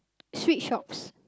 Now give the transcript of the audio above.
street shops